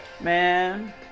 Man